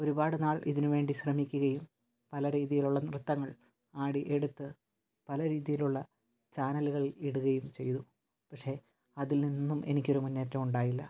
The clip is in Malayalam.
ഒരുപാട് നാൾ ഇതിന് വേണ്ടി ശ്രമിക്കുകയും പല രീതിയിലുള്ള നൃത്തങ്ങൾ ആടി എടുത്ത് പല രീതിയിലുള്ള ചാനലുകൾ ഇടുകയും ചെയ്തു പക്ഷേ അതിൽ നിന്നും എനിക്കൊരു മുന്നേറ്റമുണ്ടായില്ല